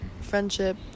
friendship